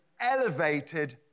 elevated